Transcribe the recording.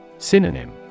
Synonym